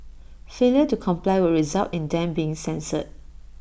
failure to comply would result in them being censured